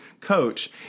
coach